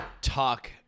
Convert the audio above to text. talk